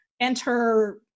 enter